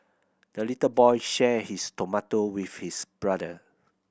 the little boy shared his tomato with his brother